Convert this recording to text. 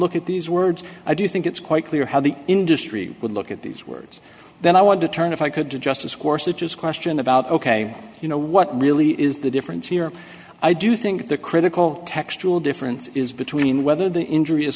look at these words i do think it's quite clear how the industry would look at these words then i want to turn if i could to justice course which is a question about ok you know what really is the difference here i do think the critical textual difference is between whether the injury is